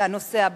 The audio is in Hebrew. לתוצאות: